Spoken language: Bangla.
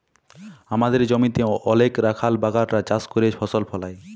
আমাদের জমিতে অলেক রাখাল বাগালরা চাষ ক্যইরে ফসল ফলায়